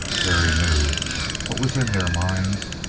terry knew what was in their minds.